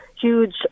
huge